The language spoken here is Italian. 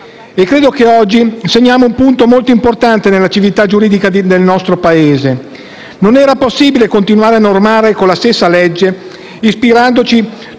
Credo che oggi segniamo un punto molto importante nella civiltà giuridica del nostro Paese. Non era possibile continuare a disciplinare con la stessa legge, ispirandoci